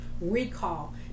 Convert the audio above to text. recall